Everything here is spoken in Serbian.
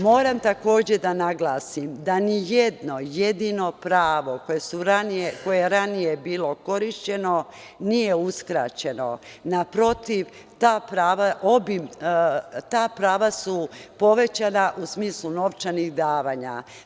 Moram takođe da naglasim da nijedno jedino pravo koje je ranije bilo korišćeno nije uskraćeno, naprotiv, ta prava su povećana u smislu novčanih davanja.